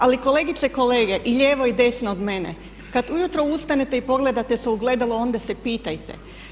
Ali kolegice i kolege i lijevo i desno od mene, kada ujutro ustanete i pogledate se u ogledalo onda se pitajte.